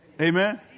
Amen